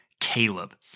Caleb